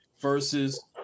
versus